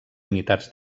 unitats